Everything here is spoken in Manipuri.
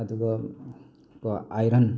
ꯑꯗꯨꯒ ꯀꯣ ꯑꯥꯏꯔꯟ